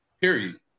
period